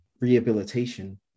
rehabilitation